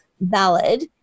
valid